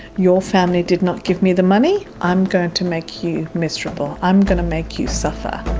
your family did not give me the money, i'm going to make you miserable. i'm going to make you suffer.